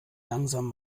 langsam